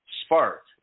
spark